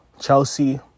Chelsea